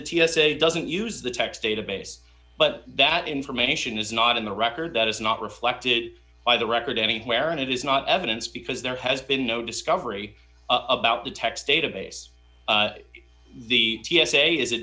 the t s a doesn't use the text database but that information is not in the record that is not reflected by the record anywhere and it is not evidence because there has been no discovery about the text database the t s a is